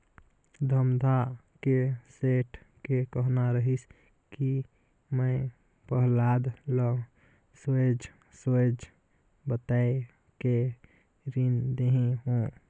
धमधा के सेठ के कहना रहिस कि मैं पहलाद ल सोएझ सोएझ बताये के रीन देहे हो